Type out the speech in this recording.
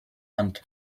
hand